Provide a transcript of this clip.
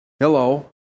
Hello